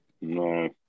No